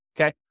Okay